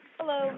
Hello